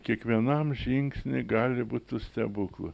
kiekvienam žingsny gali būt su stebuklu